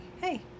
Hey